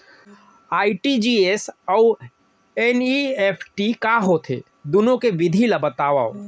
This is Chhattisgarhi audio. आर.टी.जी.एस अऊ एन.ई.एफ.टी का होथे, दुनो के विधि ला बतावव